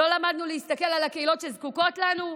לא למדנו להסתכל על הקהילות שזקוקות לנו.